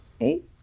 eight